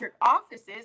offices